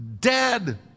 dead